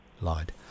Lied